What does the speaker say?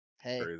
Hey